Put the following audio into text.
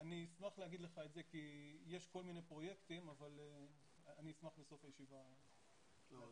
יש כל מיני פרויקטים אבל בסוף הישיבה אני אומר לך.